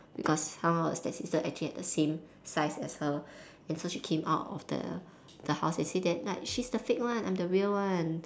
because somehow the stepsister actually had the same size as her and so she came out of the the house and said that like she's the fake one I'm the real one